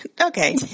Okay